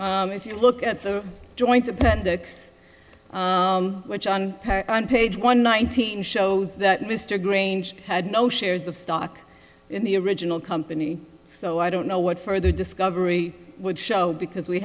asian if you look at the joint appendix which on page one nineteen shows that mr grange had no shares of stock in the original company so i don't know what further discovery would show because we